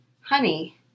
honey